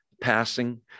passing